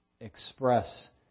express